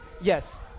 yes